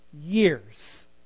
Years